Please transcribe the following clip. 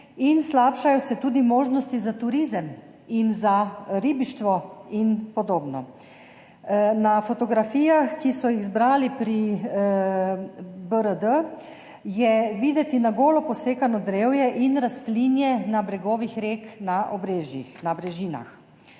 slabšajo se tudi možnosti za turizem in za ribištvo in podobno. Na fotografijah, ki so jih zbrali pri BRD, je videti na golo posekano drevje in rastlinje na bregovih rek na brežinah.